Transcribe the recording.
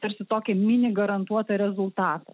ir su tokiu mini garantuotą rezultatą